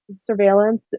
surveillance